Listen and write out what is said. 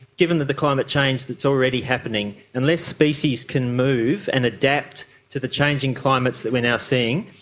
given that the climate change that is already happening, unless species can move and adapt to the changing climates that we are now seeing,